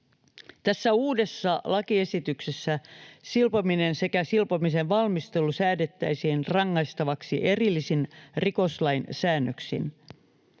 Tässä uudessa lakiesityksessä silpominen sekä silpomisen valmistelu säädettäisiin rangaistavaksi erillisin rikoslain säännöksin.